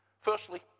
Firstly